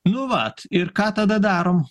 nu vat ir ką tada darom